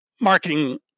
marketing